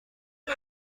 ولی